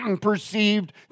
perceived